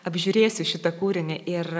apžiūrėsiu šitą kūrinį ir